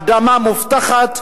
אדמה מובטחת,